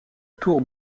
tour